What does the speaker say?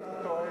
אתה טועה.